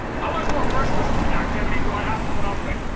how much more christmas activities do i have to put up with?